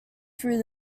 through